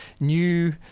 new